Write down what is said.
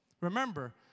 Remember